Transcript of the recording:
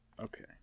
okay